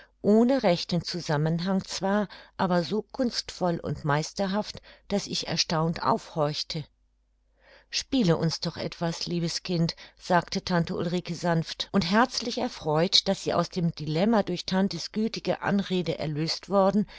ohne rechten zusammenhang zwar aber so kunstvoll und meisterhaft daß ich erstaunt aufhorchte spiele uns doch etwas liebes kind sagte tante ulrike sanft und herzlich erfreut daß sie aus dem dilemma durch tante's gütige anrede erlöst worden